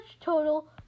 total